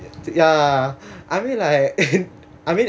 ya I mean like I mean